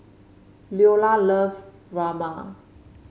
Leola love Rajma